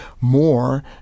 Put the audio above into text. more